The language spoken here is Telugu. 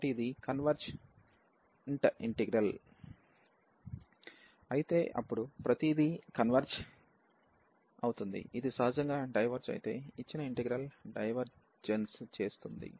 కాబట్టి ఇది కన్వెర్జ్ న్ట్ ఇంటిగ్రల్ అయితే అప్పుడు ప్రతిదీ కన్వెర్జ్ అవుతుంది ఇది సహజంగా డైవెర్జ్ అయితే ఇచ్చిన ఇంటిగ్రల్ డైవెర్జ్ చేస్తుంది